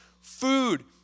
food